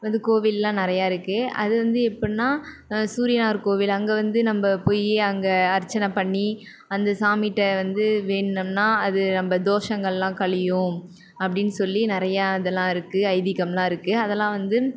வந்து கோவிலெல்லாம் நிறைய இருக்குது அது வந்து எப்படினா சூரியனார் கோவில் அங்கே வந்து நம்ம போய் அங்கே அர்ச்சனை பண்ணி அந்த சாமிகிட்ட வந்து வேண்டுனோம்னா அது நம்ம தோசங்களெலாம் கழியும் அப்படினு சொல்லி நிறையா இதெல்லாம் இருக்குது ஐதீகமெலாம் இருக்குது அதெல்லாம் வந்து